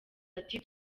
ati